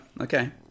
okay